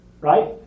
right